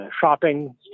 shopping